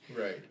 Right